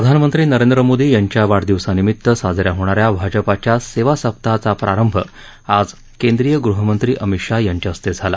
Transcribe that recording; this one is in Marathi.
प्रधानमंत्री नरेंद्र मोदी यांच्या वाढदिवसानिमित साजऱ्या होणाऱ्या भाजपाच्या सेवा सप्ताहाचा प्रारंभ ज केंद्रीय गृहमंत्री अमित शहा यांच्या हस्ते झाला